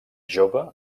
jove